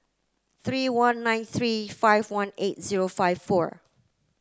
three one nine three five one eight zero five four